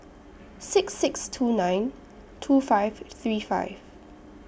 six six two nine two five three five